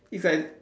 it's like